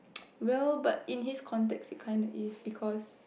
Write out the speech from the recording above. well but in his context it's kind like it is because